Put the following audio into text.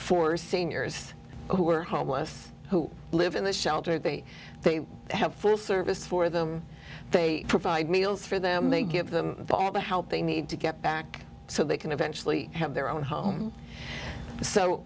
for seniors who are homeless who live in the shelter they have full service for them they provide meals for them they give them all the help they need to get back so they can eventually have their own home so